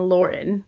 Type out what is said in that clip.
Lauren